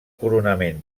coronament